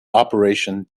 operation